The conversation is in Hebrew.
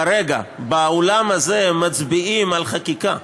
כרגע, באולם הזה, מצביעים על חקיקה.